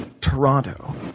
Toronto